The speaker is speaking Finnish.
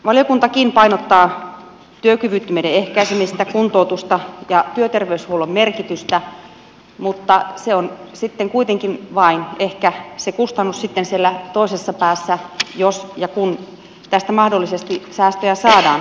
valiokuntakin painottaa työkyvyttömyyden ehkäisemistä kuntoutusta ja työterveyshuollon merkitystä mutta se on sitten kuitenkin vain ehkä se kustannus siellä toisessa päässä jos ja kun tästä mahdollisesti säästöjä saadaan